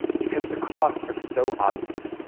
because the costs are so obvious.